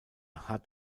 hat